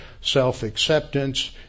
self-acceptance